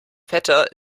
vetter